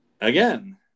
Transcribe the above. Again